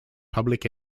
public